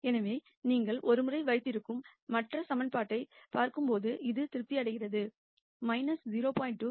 எனவே நீங்கள் ஒரு முறை வைத்திருக்கும் மற்ற சமன்பாட்டைப் பார்க்கும்போது அது திருப்தி அடைகிறது 0